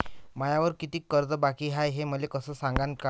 मायावर कितीक कर्ज बाकी हाय, हे मले सांगान का?